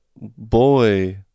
Boy